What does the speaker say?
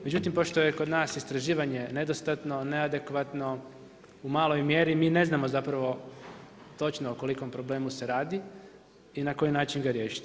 Međutim, pošto je kod nas istraživanje nedostatno, neadekvatno, u maloj mjeri mi ne znamo zapravo točno o kolikom problemu se radi i na koji način ga riješiti.